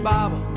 Bible